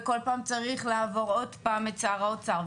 וכל פעם צריך לעבור עוד פעם את שר האוצר.